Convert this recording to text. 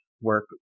work